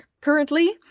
currently